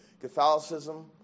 Catholicism